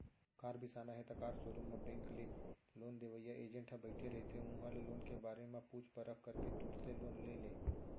car बिसाना हे त कार सोरूम म बेंक ले लोन देवइया एजेंट ह बइठे रहिथे उहां ले लोन के बारे म पूछ परख करके तुरते लोन ले ले